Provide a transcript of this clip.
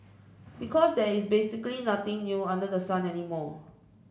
because there's basically nothing new under the sun anymore